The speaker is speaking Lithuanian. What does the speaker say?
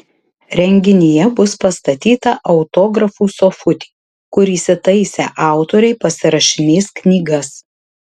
renginyje bus pastatyta autografų sofutė kur įsitaisę autoriai pasirašinės knygas